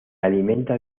alimenta